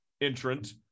entrant